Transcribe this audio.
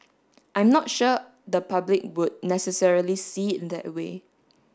I'm not sure the public would necessarily see it that way